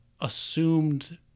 assumed